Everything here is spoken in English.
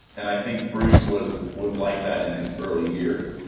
and i think bruce was was like that in his early years,